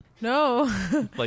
No